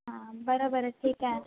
हां बरं बरं ठीक आहे